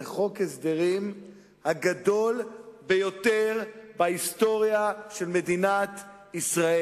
לחוק ההסדרים הגדול ביותר בהיסטוריה של מדינת ישראל?